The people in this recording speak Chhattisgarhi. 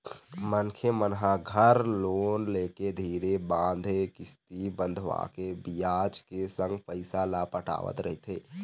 मनखे मन ह घर लोन लेके धीरे बांधे किस्ती बंधवाके बियाज के संग पइसा ल पटावत रहिथे